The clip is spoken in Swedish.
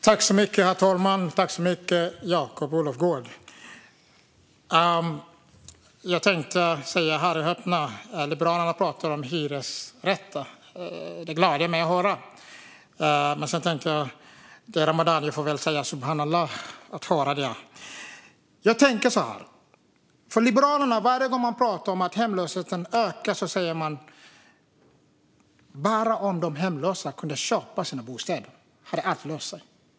Herr talman! Det gladde mig - hör och häpna - att Jakob Olofsgård pratade om hyresrätter. Eftersom det är ramadan får jag väl säga: Subhan Allah! Varje gång man pratar om att hemlösheten ökar säger Liberalerna: Om bara de hemlösa hade kunnat köpa sina bostäder hade allt löst sig.